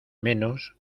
menos